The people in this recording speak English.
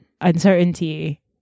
uncertainty